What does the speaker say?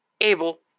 able